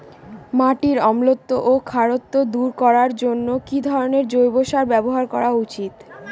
মাটির অম্লত্ব ও খারত্ব দূর করবার জন্য কি ধরণের জৈব সার ব্যাবহার করা উচিৎ?